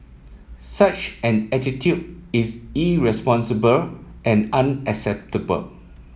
such an attitude is irresponsible and unacceptable